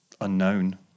unknown